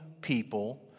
people